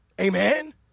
Amen